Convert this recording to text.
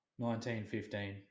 1915